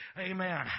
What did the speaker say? Amen